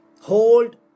Hold